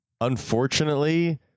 unfortunately